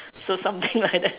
so something like that